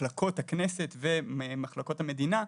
מחלקות הכנסת ומחלקות המדינה,